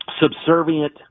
subservient